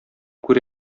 күр